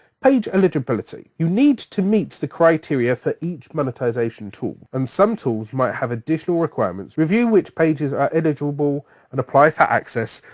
page eligibility, you need to meet the criteria for each monetization tool. and some tools might have additional requirements. review which pages are eligible and apply for access.